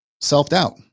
self-doubt